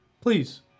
Please